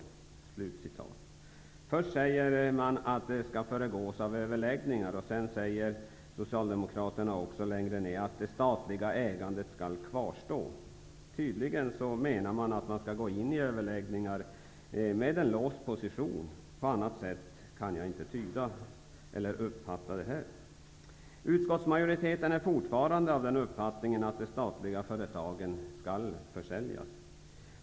Först säger man att fortsatta överväganden skall föregås av överläggningar, och sedan säger man att det statliga ägandet skall kvarstå. Tydligen menar man att man skall gå in i överläggningar med en låst position. På annat sätt kan jag inte uppfatta det här. Utskottsmajoriteten är fortfarande av den uppfattningen att de statliga företagen skall försäljas.